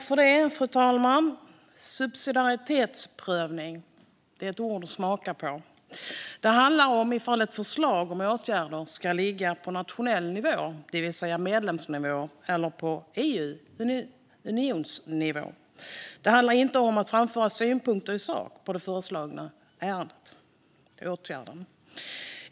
Fru talman! Subsidiaritetsprövning är ett ord att smaka på. Det handlar om ifall ett förslag om åtgärder ska ligga på nationell nivå, det vill säga medlemsstatsnivå, eller på unionsnivå. Det handlar inte om att framföra synpunkter i sak på ärendet eller den föreslagna åtgärden.